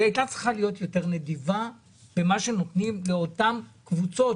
היא הייתה צריכה להיות יותר נדיבה במה שנותנים לאותן קבוצות,